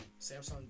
Samsung